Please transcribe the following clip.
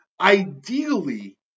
ideally